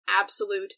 absolute